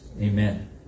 Amen